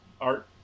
Art